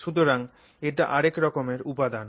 সুতরাং এটা আরেক রকমের উপাদান